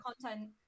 content